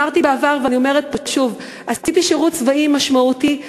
אמרתי בעבר ואני אומרת פה שוב: עשיתי שירות צבאי משמעותי,